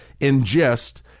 ingest